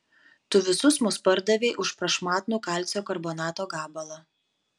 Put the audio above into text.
tu visus mus pardavei už prašmatnų kalcio karbonato gabalą